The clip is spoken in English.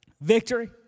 victory